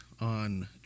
on